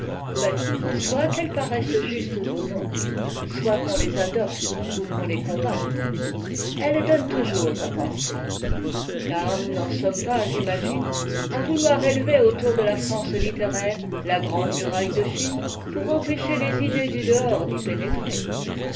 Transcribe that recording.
mais soit qu'elles paraissent justes on non soit qu'on les adopte ou qu'on les combatte elles donnent toujours à penser n car nous n'en sommes pas j'ima gine a vouloir éiever autour delà france littéraire la grande muraille de la chine pour empêcher les idées du dehors d'y pénétrer